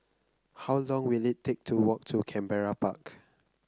how long will it take to walk to Canberra Park